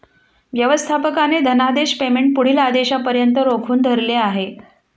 व्यवस्थापकाने धनादेश पेमेंट पुढील आदेशापर्यंत रोखून धरले आहे